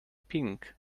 pink